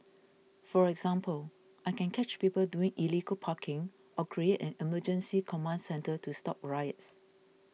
for example I can catch people doing illegal parking or create an emergency command centre to stop riots